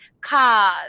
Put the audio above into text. cars